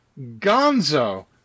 gonzo